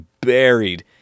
buried